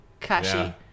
kashi